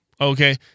okay